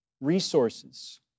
resources